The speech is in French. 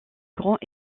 grands